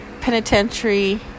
penitentiary